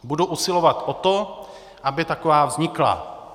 Budu usilovat o to, aby taková vznikla.